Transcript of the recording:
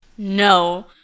No